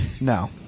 No